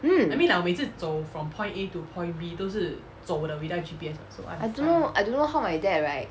mm I don't know I don't know how my dad right